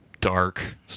dark